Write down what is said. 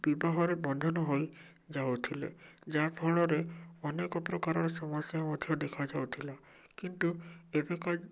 ବିବାହରେ ବନ୍ଧନ ହୋଇ ଯାଉଥିଲେ ଯାହାଫଳରେ ଅନେକ ପ୍ରକାରର ସମସ୍ୟା ମଧ୍ୟ ଦେଖା ଯାଉଥିଲା କିନ୍ତୁ ଏବେକା